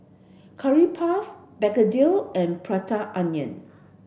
curry puff Begedil and Prata Onion